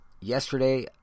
yesterday